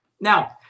Now